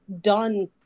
done